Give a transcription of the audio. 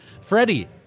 Freddie